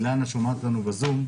אילנה שומעת אותנו בזום.